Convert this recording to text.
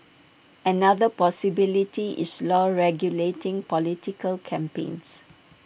another possibility is law regulating political campaigns